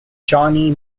johnny